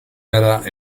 gara